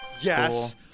Yes